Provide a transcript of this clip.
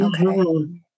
okay